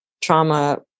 trauma